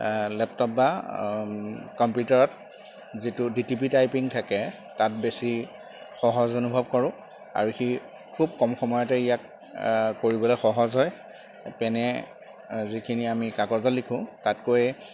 laptop বা কম্পিউটাৰত যিটো ডি টি পি টাইপিং থাকে তাত বেছি সহজ অনুভৱ কৰোঁ আৰু সি খুব কম সময়তে ইয়াক কৰিবলৈ সহজ হয় পেনেৰে যিখিনি আমি কাগজত লিখোঁ তাতকৈ